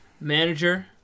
manager